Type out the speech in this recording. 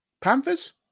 Panthers